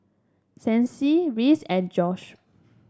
Sancy Reese and Josh